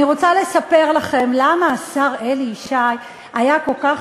אני רוצה לספר לכם למה השר אלי ישי היה כל כך,